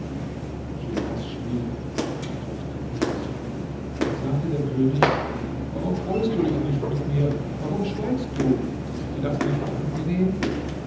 schwieg und antwortete nichts da sagte der könig warum freust du dich nicht mit mir warum schweigst du ist dir das nicht angenehm